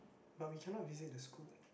but we cannot visit the school